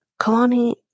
Kalani